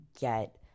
get